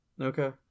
okay